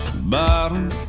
bottom